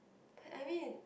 but I mean